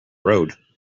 road